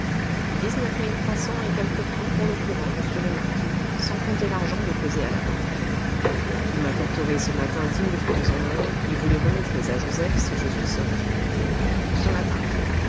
le courant monsieur le marquis sans compter l'argent déposé à la banque vous m'apporterez ce matin dix mille francs en or et vous les remettrez à joseph si je suis sorti ce matin